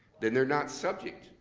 then they're not subject,